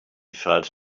felt